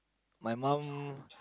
my mom